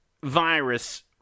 Virus